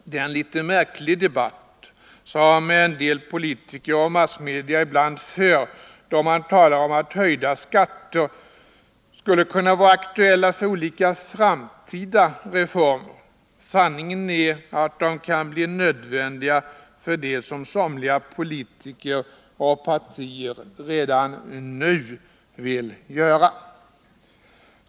Det är en litet märklig debatt som en del politiker och massmedia ibland för då man talar om att höjda skatter kan vara aktuella för olika framtida reformer. Sanningen är att de kan bli nödvändiga för det som somliga politiker och partier redan nu vill göra.